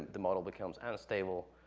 the model becomes unstable,